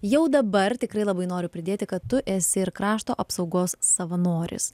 jau dabar tikrai labai noriu pridėti kad tu esi ir krašto apsaugos savanoris